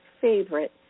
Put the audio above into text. favorite